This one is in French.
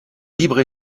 libre